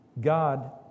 God